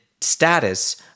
status